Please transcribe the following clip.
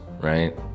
right